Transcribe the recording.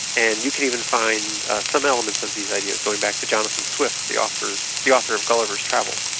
and you can even find some elements of these ideas going back to jonathan swift, the author so the author of gulliver's travels.